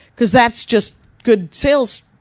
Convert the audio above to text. cause that's just good sales,